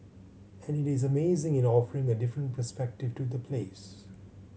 and it is amazing in offering a different perspective to the place